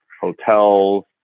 hotels